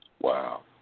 Wow